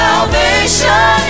Salvation